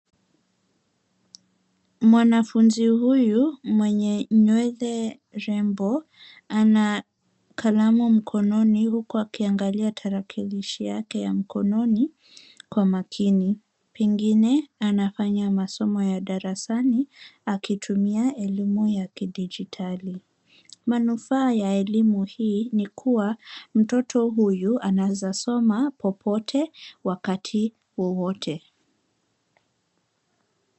Mwanafunzi huyu mwenye nywele rembo ana kalamu mkononi huku akiangalia tarakilishi yake ya mkononi kwa makini, pengine anafanya masomo ya darasani akitumia elimu ya kidijitali. Manufaa ya elimu hii ni kuwa mtoto huyu anaweza soma popote wakati wowote.